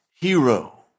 hero